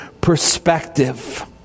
perspective